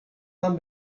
tam